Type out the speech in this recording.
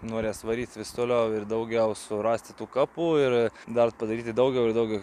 norės varyti vis toliau ir daugiau surasti tų kapų ir dar padaryti daugiau ir daugiau